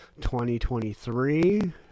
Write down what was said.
2023